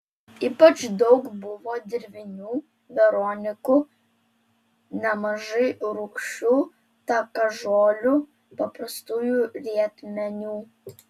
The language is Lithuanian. ypač daug buvo dirvinių veronikų nemažai rūgčių takažolių paprastųjų rietmenių